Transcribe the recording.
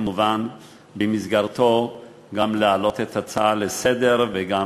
וכמובן במסגרתו גם להעלות את ההצעה לסדר וגם